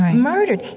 murdered.